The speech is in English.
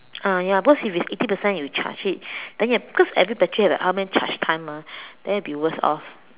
ah ya because if it's eighty percent you charge it then you have because every battery has a how many charge time mah then it will be worse off